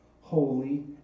holy